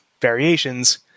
variations